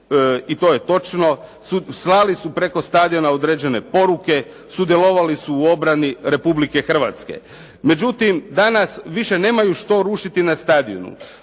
i to je točno, slali su preko stadiona određene poruke, sudjelovali su u obrani Republike Hrvatske. Međutim, danas, više nemaju što rušiti na stadionu,